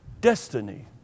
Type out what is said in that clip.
destiny